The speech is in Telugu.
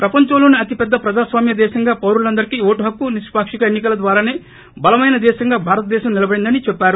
ప్రపంచంలోసే అతిపెద్ద ప్రజాస్వామ్య దేశంగా పారులందరికీ ఓటు హక్కు నిష్పాకిక ఎన్నికల ద్వారానే బలమైన దేశంగా భారతదేశం నిలబడిందని చెప్పారు